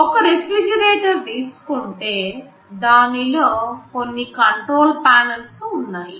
ఒక రెఫ్రిజిరేటర్ తీసుకుంటే దానిలో కొన్ని కంట్రోల్ పానల్స్ఉంటాయి